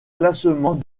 classement